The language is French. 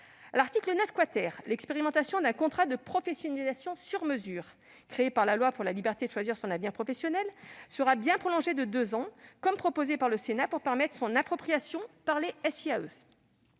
l'article 9, l'expérimentation d'un contrat de professionnalisation « sur mesure », créée par la loi pour la liberté de choisir son avenir professionnel, sera bien prolongée de deux ans, comme l'a proposé le Sénat, pour permettre son appropriation par les SIAE.